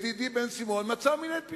ידידי בן-סימון, כנראה מצא מין את מינו.